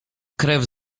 krew